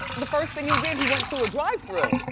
the first thing he did, he went to a drive-thru.